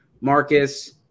marcus